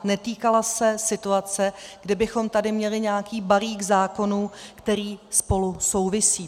Netýkala se situace, kdy bychom tady měli nějaký balík zákonů, který spolu souvisí.